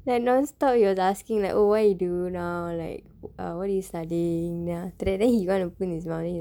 like non-stop he was asking like oh what you doing now like what you studying then after that then he wanted put in his mouth